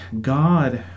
God